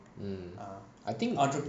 mm I think